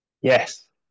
Yes